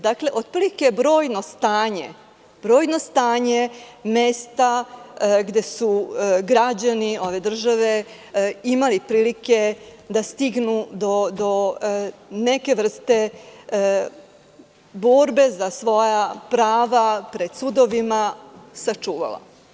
Dakle, otprilike brojno stanje mesta gde su građani ove države imali prilike da stignu do neke vrste borbe za svoja prava pred sudovima sačuvala.